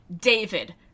David